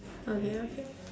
okay okay